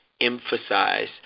emphasize